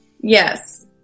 Yes